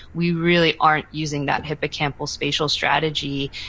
we really aren't using that hippocampal spatial strategy.